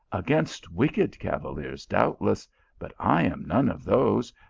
against wicked cavaliers, doubtless but i am none of those,